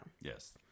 Yes